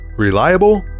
Reliable